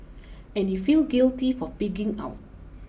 and you feel guilty for pigging out